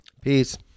Peace